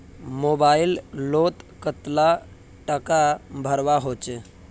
Mobile लोत कतला टाका भरवा होचे?